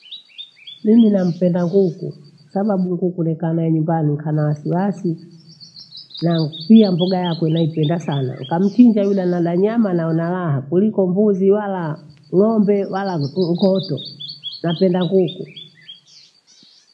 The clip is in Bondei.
Mimi nampenda nguku, kwasababu nguku nikaa nae nyumbani khana wasiwasi. Na pia mbogha yakwe naipenda sana. Ukamchinja yule ana nyama naona raha, kuliko mbuzi wala ng'ombe wala nku- ngoto, napenda nguku.